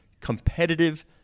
competitive